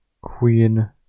queen